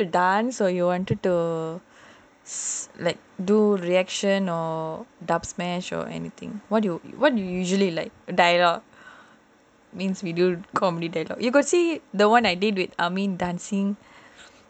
you wanted to dance or you wanted to like do reaction or Dubsmash or anything what do you what do you usually like means we do comedy that you got see the [one] I did with amin dancing